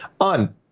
on